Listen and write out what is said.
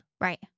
Right